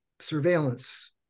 surveillance